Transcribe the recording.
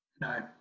no